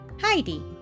HEIDI